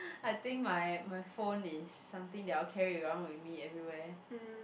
I think my my phone is something that I will carry around with me everywhere